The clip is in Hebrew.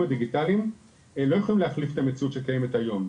הדיגיטליים לא יכולים להחליף את המציאות שקיימת היום,